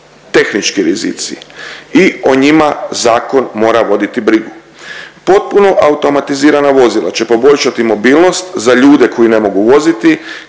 tehnički rizici i o njima zakon mora voditi brigu. Potpuno automatizirana vozila će poboljšati mobilnost za ljude koji ne mogu voziti